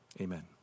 amen